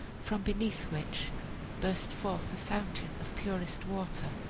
from beneath which burst forth a fountain of purest water.